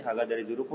ಹಾಗಾದರೆ 0